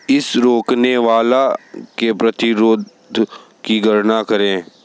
इसे रोकने वाले के प्रतिरोध की गणना करें